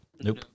Nope